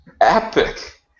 epic